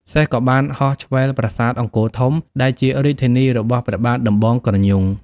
សេះក៏បានហោះឆ្វែលប្រាសាទអង្គរធំ ដែលជារាជធានីរបស់ព្រះបាទដំបងក្រញូង ។